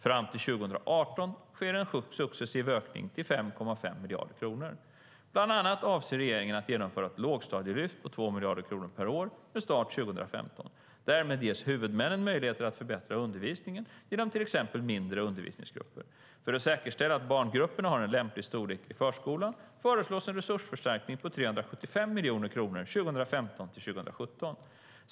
Fram till 2018 sker en successiv ökning till 5,5 miljarder kronor. Bland annat avser regeringen att genomföra ett lågstadielyft på 2 miljarder kronor per år med start 2015. Därmed ges huvudmännen möjligheter att förbättra undervisningen genom till exempel mindre undervisningsgrupper. För att säkerställa att barngrupperna har en lämplig storlek i förskolan föreslås en resursförstärkning på 375 miljoner kronor 2015-2017.